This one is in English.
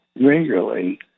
regularly